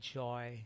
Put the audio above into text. joy